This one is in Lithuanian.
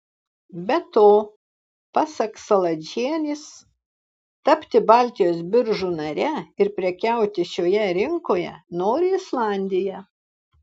be to pasak saladžienės tapti baltijos biržų nare ir prekiauti šioje rinkoje nori islandija